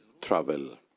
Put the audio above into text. travel